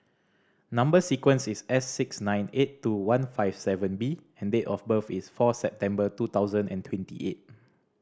number sequence is S six nine eight two one five seven B and date of birth is four September two thousand and twenty eight